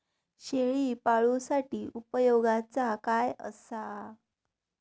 शेळीपाळूसाठी उपयोगाचा काय असा?